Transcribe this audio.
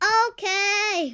okay